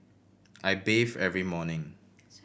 I bathe every morning